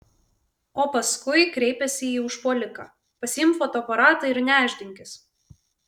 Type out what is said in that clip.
o paskui kreipėsi į užpuoliką pasiimk fotoaparatą ir nešdinkis